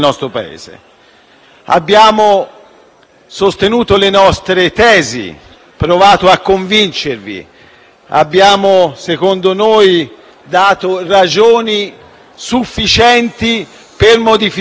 sostenuto le nostre tesi, provato a convincervi e - a nostro avviso - prodotto ragioni sufficienti per modificare il suo comportamento